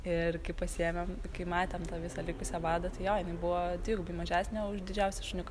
ir kai pasiėmėm kai matėme tą visą likusią vadą tai jo jinai buvo dvigubai mažesnė už didžiausią šuniuką